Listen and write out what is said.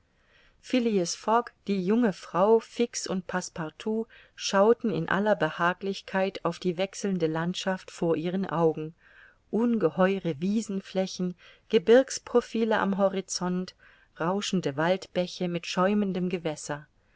fogg die junge frau fix und passepartout schauten in aller behaglichkeit auf die wechselnde landschaft vor ihren augen ungeheure wiesenflächen gebirgsprofile am horizont rauschende waldbäche mit schäumendem gewässer